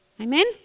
Amen